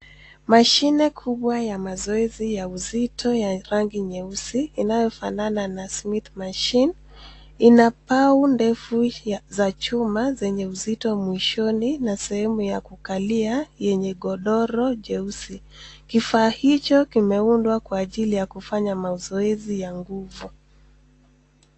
Mashine kubwa ya mazoezi ya uzito ya rangi nyeusi inayofanana na smith machine , ina pau ndefu za chuma zenye uzito mwishoni na sehemu ya kukalia yenye godoro jeusi. Kifaa hicho kimeundwa kwa ajili ya kufanya mazoezi ya nguvu.